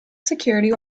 security